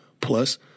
Plus